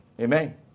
Amen